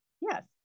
yes